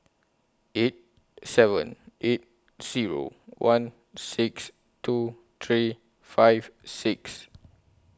eight seven eight Zero one six two three five six